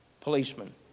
Policemen